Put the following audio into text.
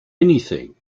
anything